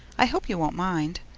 i hope you won't mind.